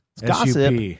Gossip